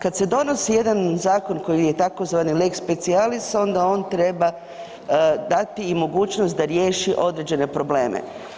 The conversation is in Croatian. Kad se donosi jedan zakon koji je tzv. lex specialis, onda on treba dati i mogućnost da riješi određene probleme.